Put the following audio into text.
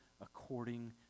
according